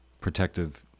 protective